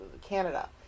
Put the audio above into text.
Canada